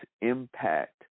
impact